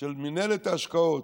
של מינהלת ההשקעות.